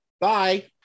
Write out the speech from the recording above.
bye